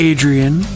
Adrian